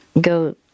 go